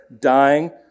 dying